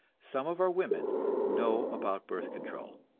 some of our women know about birth control.